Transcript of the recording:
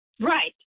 Right